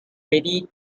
ready